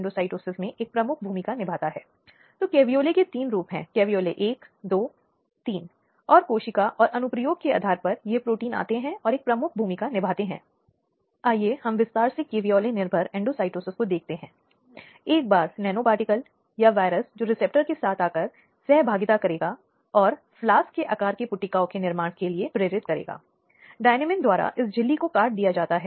जैसा कि हमने इस तरह की गोपनीयता की बात की है यौन उत्पीड़न कानूनों के प्रसंग में कि अगर पीड़िता का नाम कई बार उजागर हो जाता है तो वह शायद समाज द्वारा लोगों द्वारा पीड़ितों के मामले में यदि वह बलात्कार पीड़िता के लिए है आदि के लिए वह मूल रूप से अपने ही परिवार द्वारा त्यागी जाती है